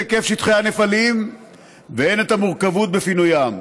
היקף שטחי הנפלים והן את המורכבות בפינוים.